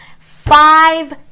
five